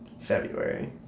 February